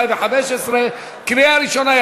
התשע"ה 2015, קריאה ראשונה.